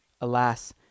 Alas